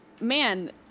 Man